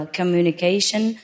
communication